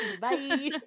Bye